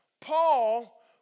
Paul